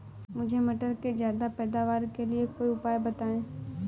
मुझे मटर के ज्यादा पैदावार के लिए कोई उपाय बताए?